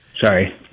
Sorry